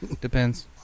Depends